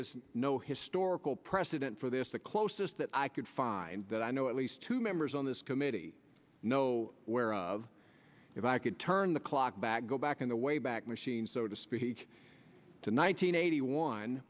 is no historical precedent for this the closest that i could find that i know at least two members on this committee know where if i could turn the clock back go back on the way back machine so to speak to nine hundred eighty one